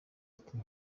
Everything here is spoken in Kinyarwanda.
ati